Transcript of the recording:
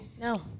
no